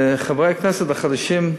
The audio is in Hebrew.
חברי הכנסת החדשים,